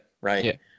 right